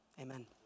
amen